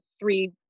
three